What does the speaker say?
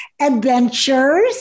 adventures